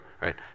right